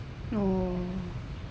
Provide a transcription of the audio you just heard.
oh